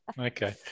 Okay